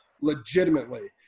legitimately